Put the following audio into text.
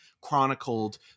chronicled